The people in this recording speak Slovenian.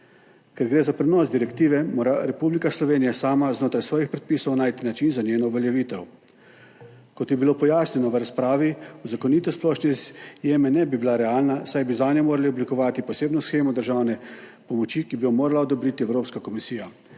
Ker gre za prenos direktive, mora Republika Slovenija sama znotraj svojih predpisov najti način za njeno uveljavitev. Kot je bilo pojasnjeno v razpravi, uzakonitev splošne izjeme ne bi bila realna, saj bi zanjo morali oblikovati posebno shemo državne pomoči, ki bi jo morala odobriti Evropska komisija,